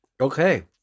Okay